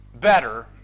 Better